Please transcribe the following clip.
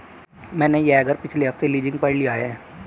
मैंने यह घर पिछले हफ्ते लीजिंग पर लिया है